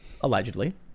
allegedly